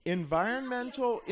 environmental